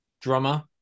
drummer